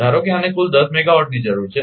ધારો કે આને કુલ 10 મેગાવોટની જરૂર છે